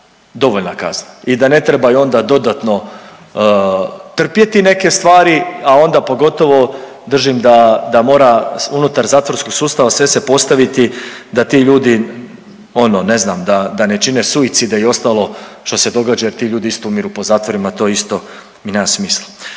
dovoljna kazna i da ne trebaju onda dodatno trpjeti neke stvari, a onda pogotovo držim da da mora unutar zatvorskog sustava sve se postaviti da ti ljudi ono ne znam da, da ne čine suicide i ostalo što se događa jer ti ljudi isto umiru po zatvorima, to isto mi nema smisla.